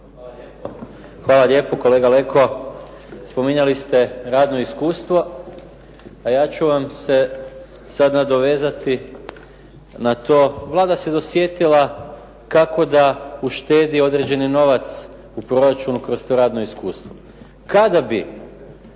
Hvala lijepo. Kolega Leko, spominjali ste radno iskustvo a ja ću vam se sad nadovezati na to. Vlada se dosjetila kako da uštedi određeni novac u proračunu kroz to radno iskustvo. Kada bi